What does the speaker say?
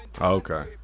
Okay